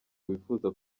wifuza